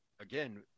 again